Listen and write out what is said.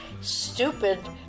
stupid